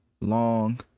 long